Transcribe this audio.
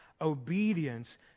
Obedience